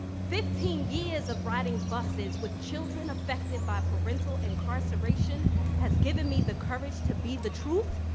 fifteen years of riding buses with children affected by parental incarceration has given me the courage to be the truth,